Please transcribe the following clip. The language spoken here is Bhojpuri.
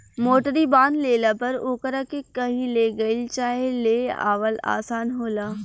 मोटरी बांध लेला पर ओकरा के कही ले गईल चाहे ले आवल आसान होला